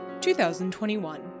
2021